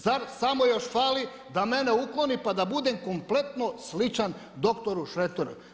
Zar samo još fali da mene ukloni pa da budem kompletno sličan dr. Šreteru?